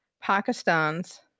Pakistan's